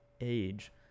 age